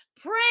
Pray